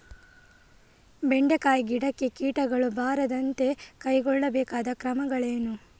ಬೆಂಡೆಕಾಯಿ ಗಿಡಕ್ಕೆ ಕೀಟಗಳು ಬಾರದಂತೆ ಕೈಗೊಳ್ಳಬೇಕಾದ ಕ್ರಮಗಳೇನು?